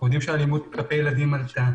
יודעים שאלימות כלפי ילדים עלתה.